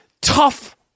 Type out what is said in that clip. Tough